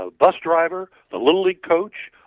ah bus driver, a little league coach,